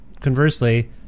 conversely